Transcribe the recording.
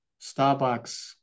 Starbucks